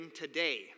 today